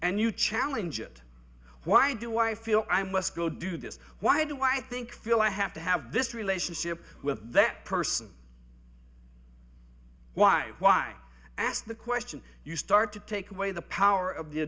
and you challenge it why do i feel i must go do this why do i think feel i have to have this relationship with that person why why ask the question you start to take away the power of the